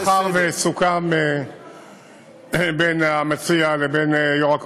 מאחר שסוכם בין המציע לבין יושב-ראש